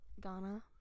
Ghana